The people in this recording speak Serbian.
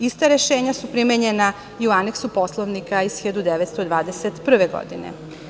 Ista rešenja su primenjena i u Aneksu Poslovnika iz 1921. godine.